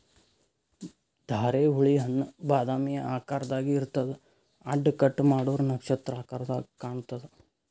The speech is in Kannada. ಧಾರೆಹುಳಿ ಹಣ್ಣ್ ಬಾದಾಮಿ ಆಕಾರ್ದಾಗ್ ಇರ್ತದ್ ಅಡ್ಡ ಕಟ್ ಮಾಡೂರ್ ನಕ್ಷತ್ರ ಆಕರದಾಗ್ ಕಾಣತದ್